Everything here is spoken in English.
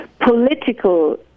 political